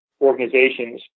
organizations